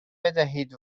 بدهید